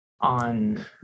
on